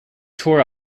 tore